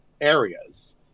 areas